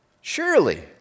surely